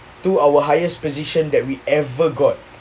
to our highest position that we ever got